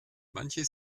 manche